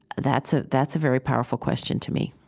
that's ah that's a very powerful question to me